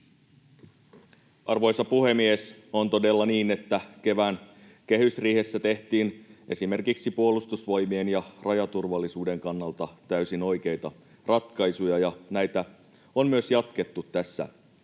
Arvoisa puhemies! On todella niin, että kevään kehysriihessä tehtiin esimerkiksi Puolustusvoimien ja rajaturvallisuuden kannalta täysin oikeita ratkaisuja ja näitä on myös jatkettu tässä budjetissa.